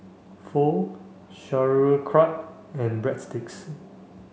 Pho Sauerkraut and Breadsticks